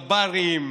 בברים,